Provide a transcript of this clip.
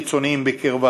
ממקומו: